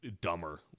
dumber